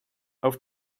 auf